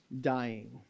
dying